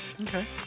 Okay